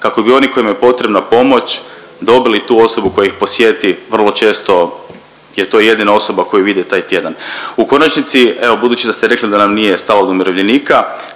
kako bi oni kojima je potrebna pomoć dobili tu osobu koja ih posjeti vrlo često je to jedina osoba koju vide taj tjedan. U konačnici, evo, budući da ste rekli da nam nije stalo do umirovljenika,